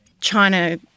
China